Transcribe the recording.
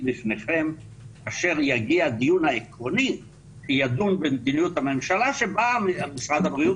בפניכם כאשר יגיע הדיון העקרוני שידון במדיניות הממשלה שבה משרד הבריאות,